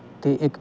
ਅਤੇ ਇੱਕ